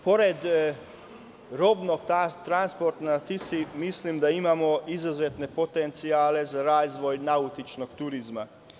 Pored robnog transporta na Tisi mislim da imamo izuzetne potencijale za razvoj nautičkog turizma.